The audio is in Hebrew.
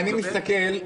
אני מסתכל.